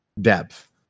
depth